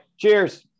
cheers